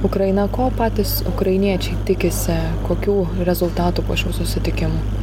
ukraina ko patys ukrainiečiai tikisi kokių rezultatų po šių susitikimų